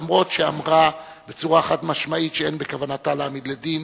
אף שאמרה בצורה חד-משמעית שאין בכוונתה להעמיד לדין,